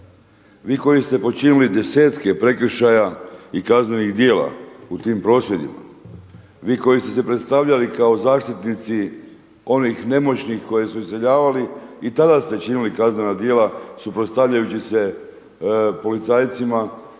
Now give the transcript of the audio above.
Vi koji ste počinili desetke prekršaja i kaznenih djela i kaznenih djela u tim prosvjedima, vi koji ste se predstavljali kao zaštitnici onih nemoćnih koji su iseljavali i tada ste činili kaznena djela suprotstavljajući se policajcima